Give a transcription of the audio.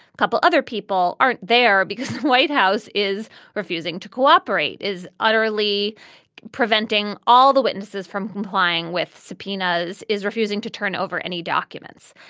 couple other people aren't there because the white house is refusing to cooperate, is utterly preventing all the witnesses from complying with subpoenas, is refusing to turn over any documents.